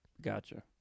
Gotcha